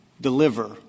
deliver